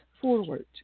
forward